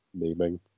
naming